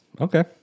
Okay